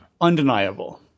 Undeniable